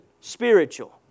spiritual